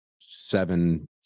seven